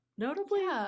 Notably